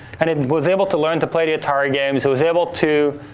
and it and was able to learn to play the atari games. it was able to,